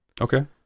Okay